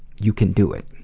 you can do it.